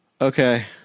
Okay